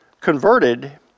converted